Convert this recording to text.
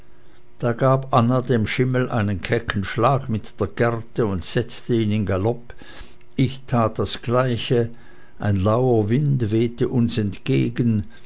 da gab anna dem schimmel einen kecken schlag mit der gerte und setzte ihn in galopp ich tat das gleiche ein lauer wind wehte uns entgegen